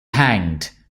hanged